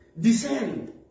descend